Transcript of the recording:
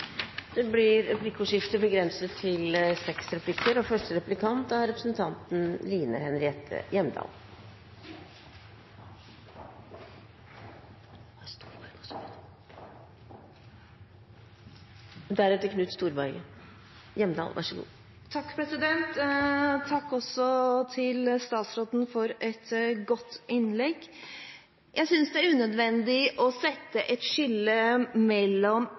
Det blir replikkordskifte. Takk til statsråden for et godt innlegg. Jeg synes det er unødvendig å sette et skille mellom